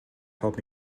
help